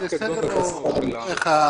האחרון שהתפרסם הוא דיר אל-אסד,